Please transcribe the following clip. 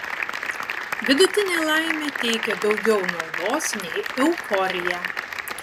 vidutinė laimė teikia daugiau naudos nei euforija